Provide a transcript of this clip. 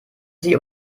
sie